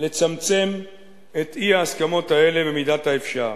לצמצם את אי-ההסכמות האלה במידת האפשר.